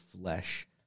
flesh